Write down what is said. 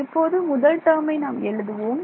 இப்போது முதல் டேர்மை நாம் எழுதுவோம்